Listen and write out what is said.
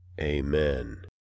Amen